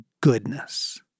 goodness